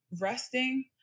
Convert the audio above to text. Resting